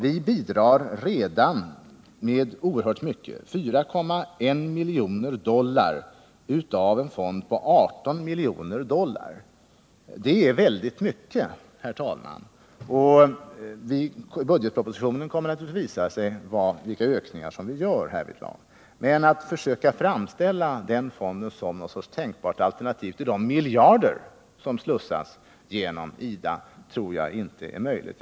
Vi bidrar redan med oerhört mycket, 4,1 miljoner dollar av en fond på 18 miljoner dollar. Budgetpropositionen kommer att visa vilka ökningar som görs härvidlag. Men att försöka framställa den fonden som ett tänkbart alternativ till de miljarder som slussas genom IDA, tror jag inte är möjligt.